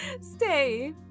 Stay